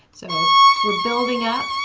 so we're building up,